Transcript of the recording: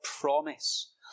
promise